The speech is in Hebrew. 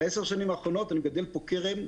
ב-10 השנים האחרונות אני מגדל פה כרם,